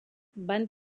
van